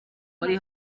wari